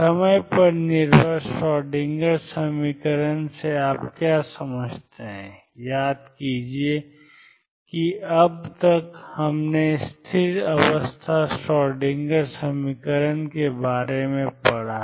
समय पर निर्भर श्रोएडिंगर समीकरण से आप क्या समझते हैं याद कीजिए कि अब तक हमने स्थिर अवस्था श्रोएडिंगर समीकरण के बारे में पढ़ा है